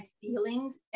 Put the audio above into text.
feelings